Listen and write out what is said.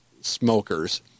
smokers